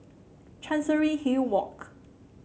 Chancery Hill Walk